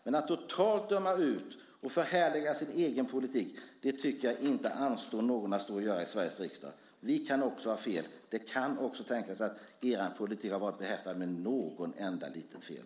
Men att totalt döma ut andras och förhärliga sin egen politik tycker jag inte anstår någon att stå och göra i Sveriges riksdag. Vi kan också ha fel. Det kan också tänkas att er politik har varit behäftad med något enda litet fel.